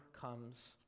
comes